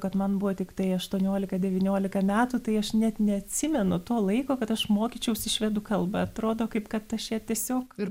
kad man buvo tiktai aštuoniolika devyniolika metų tai aš net neatsimenu to laiko kad aš mokyčiausi švedų kalbą atrodo kaip kad aš ją tiesiog